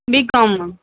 BCom ma'am